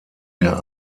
der